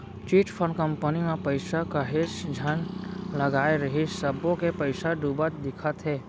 chit fund company म पइसा काहेच झन लगाय रिहिस सब्बो के पइसा डूबत दिखत हे